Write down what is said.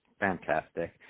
Fantastic